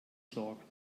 sorgen